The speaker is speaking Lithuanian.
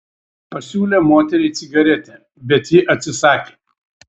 pasiūlė moteriai cigaretę bet ji atsisakė